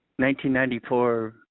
1994